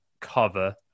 cover